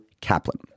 Kaplan